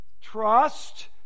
trust